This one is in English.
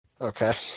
Okay